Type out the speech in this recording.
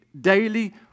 daily